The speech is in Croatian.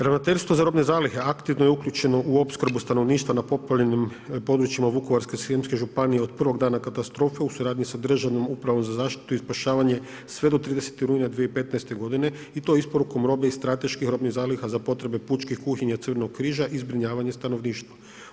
Ravnateljstvo za robne zalihe aktivno je uključeno u opskrbu stanovništva na poplavljenim područjima Vukovarsko-srijemske županije od prvog dana katastrofe u suradnji sa Državnom upravom za zaštitu i spašavanje sve do 30. rujna 2015. godine i to isporukom robe i strateških robnih zaliha za potrebe pučkih kuhinja Crvenog križa i zbrinjavanje stanovništva.